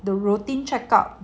the routine checkup